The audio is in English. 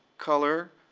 colour,